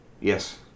Yes